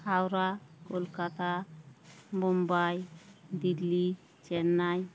Howrah Kolkata Mumbai Delhi Chennai